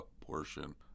portion